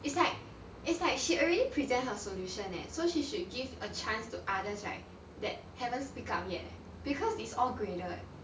it's like it's like she already present her solution eh so she should give a chance to others right that haven't speak up yet because it's all graded